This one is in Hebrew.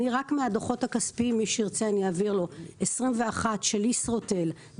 רק מהדוחות הכספיים 2021 של ישרוטל,